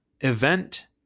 event